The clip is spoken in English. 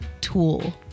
tool